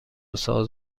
ساز